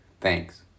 Thanks